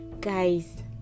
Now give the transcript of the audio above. guys